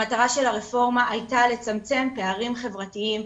המטרה של הרפורמה הייתה לצמצם פערים חברתיים,